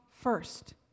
first